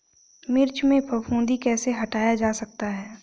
मिर्च में फफूंदी कैसे हटाया जा सकता है?